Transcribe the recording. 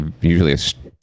usually